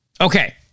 Okay